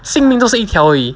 性命就是一条而已